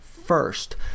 first